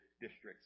districts